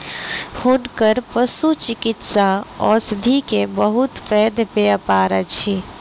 हुनकर पशुचिकित्सा औषधि के बहुत पैघ व्यापार अछि